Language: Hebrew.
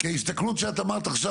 כי ההסתכלות שאת אמרת עכשיו,